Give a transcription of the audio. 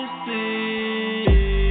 see